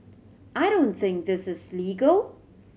I don't think this is legal